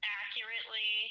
accurately